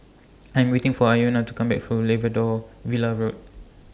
I Am waiting For Iona to Come Back For Labrador Villa Road